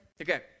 Okay